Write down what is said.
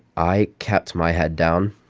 i kept my head down.